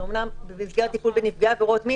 זה אמנם במסגרת טיפול בנפגעי עבירות מין,